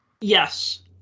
Yes